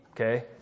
okay